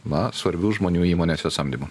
na svarbių žmonių įmonėse samdymu